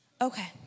Okay